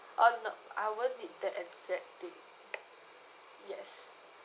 uh no I won't need the exact date yes